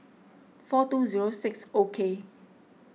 four two zero six O K